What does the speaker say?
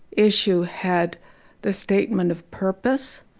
issue had the statement of purpose.